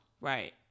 Right